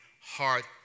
heart